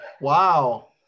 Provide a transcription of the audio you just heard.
wow